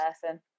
person